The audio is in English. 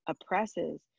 oppresses